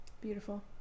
Beautiful